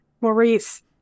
Maurice